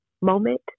moment